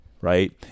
Right